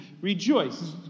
Rejoice